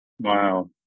Wow